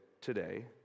today